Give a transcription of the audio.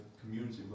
community